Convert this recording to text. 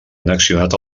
annexionat